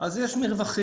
אז יש מרווחים.